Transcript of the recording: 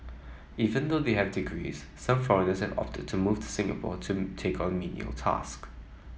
even though they have degrees some foreigners have opted to move to Singapore to take on menial task